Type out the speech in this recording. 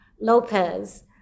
Lopez